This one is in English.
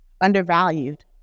undervalued